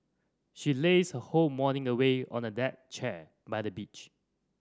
she lazed her whole morning away on a deck chair by the beach